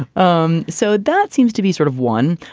um so that seems to be sort of one,